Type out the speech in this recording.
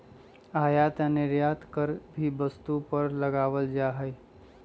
आयात या निर्यात कर भी वस्तु पर लगावल जा हई